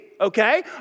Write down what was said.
okay